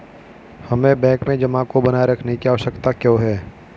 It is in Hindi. हमें बैंक में जमा को बनाए रखने की आवश्यकता क्यों है?